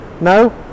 No